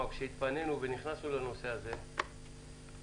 אבל כשהתפנינו ונכנסנו לנושא הזה גילנו